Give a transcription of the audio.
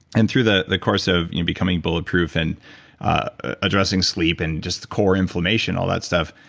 and through the the course of you know becoming bulletproof and addressing sleep and just the core inflammation, all that stuff,